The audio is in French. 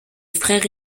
frère